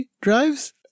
drives